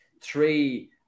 three